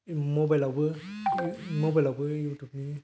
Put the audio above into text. mobile आवबो YouTube नि